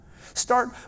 start